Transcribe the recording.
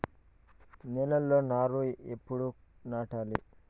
నేలలో నారు ఎప్పుడు నాటాలి?